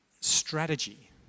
strategy